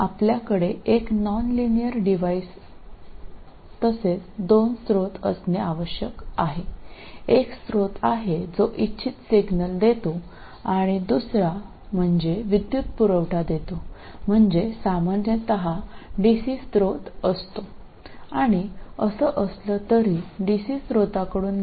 അതിനാൽ നമുക്ക് ഒരു നോൺ ലീനിയർ ഉപകരണവും രണ്ട് ഉറവിടങ്ങളും ഉണ്ടായിരിക്കണം ഒന്ന് ആവശ്യമുള്ള സിഗ്നലുകൾ നൽകുന്ന ഉറവിടമാണ് മറ്റൊന്ന് ഒരു തരം പവർ സപ്ലൈ ആണ് ഇത് സാധാരണയായി ഒരു ഡിസി ഉറവിടമാണ്